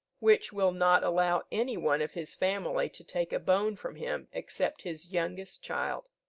which will not allow any one of his family to take a bone from him except his youngest child.